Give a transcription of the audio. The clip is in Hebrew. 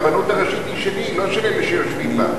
הרבנות הראשית היא שלי, לא של אלה שיושבים בה.